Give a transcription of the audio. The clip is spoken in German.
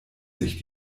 sich